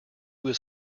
was